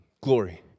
Glory